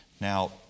Now